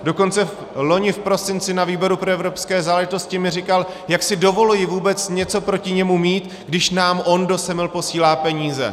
Dokonce loni v prosince na výboru pro evropské záležitosti mi říkal, jak si dovoluji vůbec něco proti němu mít, když nám on do Semil posílá peníze.